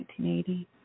1980